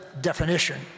definition